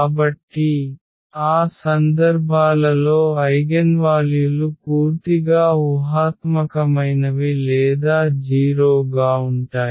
కాబట్టి ఆ సందర్భాలలో ఐగెన్వాల్యులు పూర్తిగా ఊహాత్మకమైనవి లేదా 0 గా ఉంటాయి